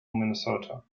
minnesota